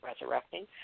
resurrecting